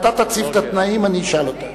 אתה תציב את התנאים, אני אשאל אותה.